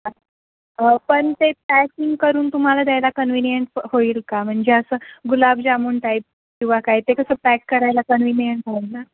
हां पण ते पॅकिंग करून तुम्हाला द्यायला कन्विनियंट होईल का म्हणजे असं गुलाबजामुन टाईप किंवा काय ते कसं पॅक करायला कन्विनियंट आहे ना